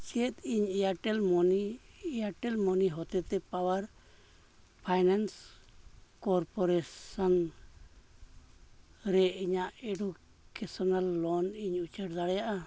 ᱪᱮᱫ ᱤᱧ Airtel money Airtel money ᱦᱚᱛᱮᱡᱛᱮ ᱯᱟᱣᱟᱨ ᱯᱷᱟᱭᱱᱮᱱᱥ ᱠᱚᱨᱯᱳᱨᱮᱥᱚᱱ ᱨᱮ ᱤᱧᱟᱹᱜ ᱮᱰᱩᱠᱮᱥᱚᱱ ᱞᱳᱱ ᱤᱧ ᱩᱪᱟᱹᱲ ᱫᱟᱲᱮᱭᱟᱜᱼᱟ